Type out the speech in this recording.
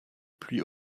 pluies